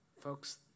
Folks